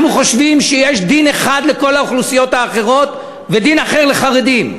אנחנו חושבים שיש דין אחד לכל האוכלוסיות האחרות ודין אחר לחרדים.